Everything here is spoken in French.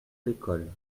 l’école